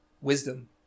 wisdom